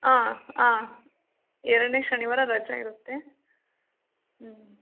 ಆಂ ಆಂ ಎರಡನೇ ಶನಿವಾರ ರಜೆ ಇರುತ್ತೆ